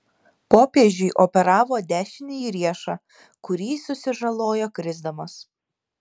popiežiui operavo dešinįjį riešą kurį jis susižalojo krisdamas